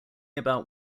about